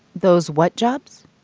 those what jobs?